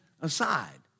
aside